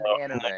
anime